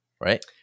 Right